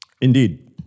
Indeed